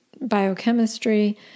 biochemistry